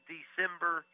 December